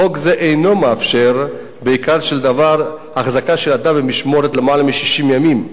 חוק זה אינו מאפשר בעיקרו של דבר החזקה של אדם במשמורת למעלה מ-60 ימים.